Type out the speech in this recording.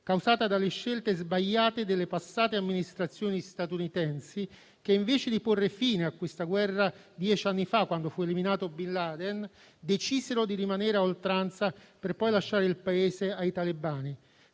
causata dalle scelte sbagliate delle passate amministrazioni statunitensi che, invece di porre fine a questa guerra dieci anni fa, quando fu eliminato Bin Laden, decisero di rimanere a oltranza per poi lasciare il Paese ai talebani,